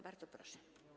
Bardzo proszę.